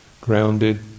grounded